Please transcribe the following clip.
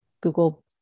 Google